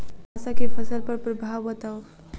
कुहासा केँ फसल पर प्रभाव बताउ?